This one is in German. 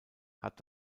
hat